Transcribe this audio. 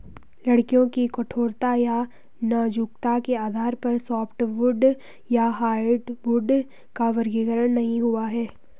लकड़ियों की कठोरता या नाजुकता के आधार पर सॉफ्टवुड या हार्डवुड का वर्गीकरण नहीं हुआ है